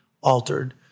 altered